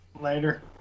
Later